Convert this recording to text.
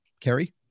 Kerry